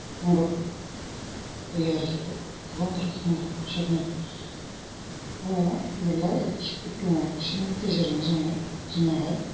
मदद होयो आरो बेफोर गोबां रोखोमनि बिसोरनो दङ मेल्ला एप्सफोर दङ बिसोरनि गेजेरावनो जोङो जोंनावहाय